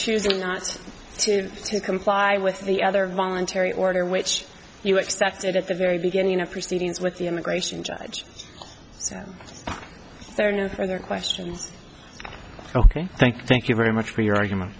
choosing not to comply with the other voluntary order which you expected at the very beginning of proceedings with the immigration judge there are no further questions ok thank you thank you very much for your argument